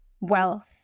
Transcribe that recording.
wealth